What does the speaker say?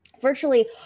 Virtually